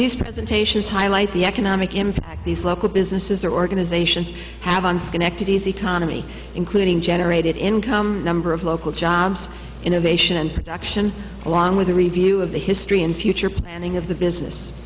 these presentations highlight the economic impact these local businesses are organizations have on schenectady economy including generated income number of local jobs innovation and production along with a review of the history and future planning of the business